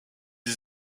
des